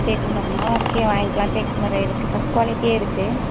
தேக்கு மரமாக ஓகே வாங்கிக்கலாம் தேக்கு மரம் இருக்குது ஃபர்ஸ்ட் குவாலிட்டியே இருக்குது